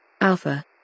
Alpha